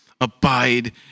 abide